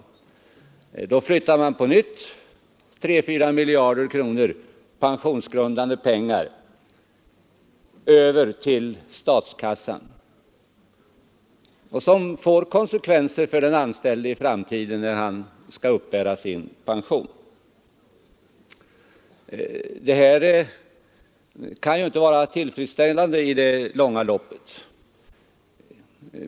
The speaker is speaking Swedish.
På det sättet flyttar man också 3—4 miljarder kronor pensionsgrundande pengar över till statskassan. Det får ekonomiska konsekvenser för den anställde när han en gång i framtiden skall uppbära pension. Det här kan inte vara tillfredsställande i långa loppet.